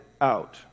out